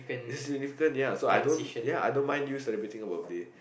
this living turn ya so I don't ya I don't mind you celebrating a birthday